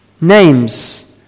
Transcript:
Names